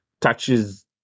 touches